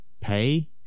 pay